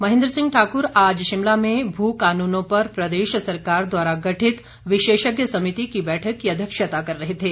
महेन्द्र सिंह ठाकुर आज शिमला में भू कानूनों पर प्रदेश सरकार द्वारा गठित विशेषज्ञ समिति की बैठक की अध्यक्षता कर रहे थे